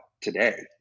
today